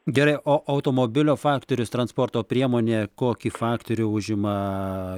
gerai o automobilio faktorius transporto priemonė kokį faktorių užima